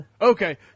Okay